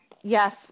Yes